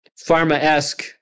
pharma-esque